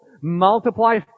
multiply